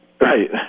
Right